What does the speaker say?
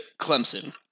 Clemson